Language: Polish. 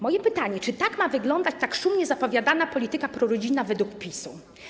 Moje pytanie: Czy tak ma wyglądać tak szumnie zapowiadana polityka prorodzinna według PiS-u?